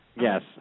Yes